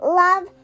love